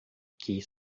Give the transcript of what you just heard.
que